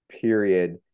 period